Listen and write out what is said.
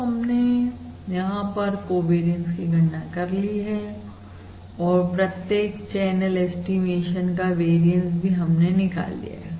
तो हमने यहां पर कोवेरियंस की गणना कर ली है और प्रत्येक चैनल ऐस्टीमेशन का वेरियंस भी हमने निकाल लिया है